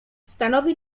stanowi